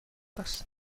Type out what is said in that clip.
است